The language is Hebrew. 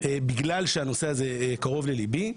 בגלל שהנושא הזה קרוב לליבי,